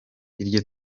iryo